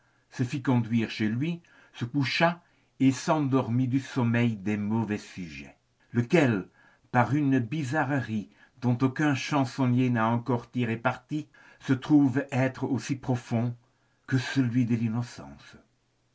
se fit conduire chez lui se coucha et s'endormit du sommeil des mauvais sujets lequel par une bizarrerie dont aucun chansonnier n'a encore tiré parti se trouve être aussi profond que celui de l'innocence